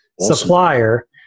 supplier